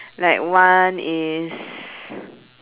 like one is